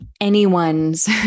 anyone's